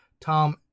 tom